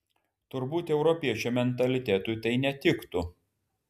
turbūt europiečio mentalitetui tai netiktų